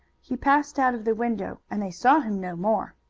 he passed out of the window, and they saw him no more.